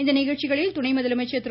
இந்நிகழ்ச்சிகளில் துணை முதலமைச்சர் திரு